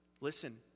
listen